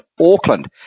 Auckland